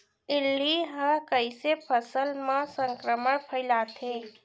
इल्ली ह कइसे फसल म संक्रमण फइलाथे?